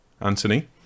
Anthony